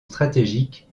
stratégique